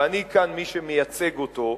ואני כאן מי שמייצג אותו,